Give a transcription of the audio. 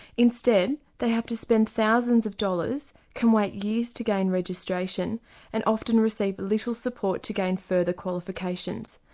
instead they have to spend thousands of dollars, can wait years to gain registration and often receive little support to gain further qualifications.